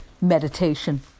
Meditation